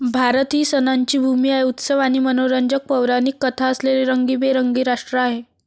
भारत ही सणांची भूमी आहे, उत्सव आणि मनोरंजक पौराणिक कथा असलेले रंगीबेरंगी राष्ट्र आहे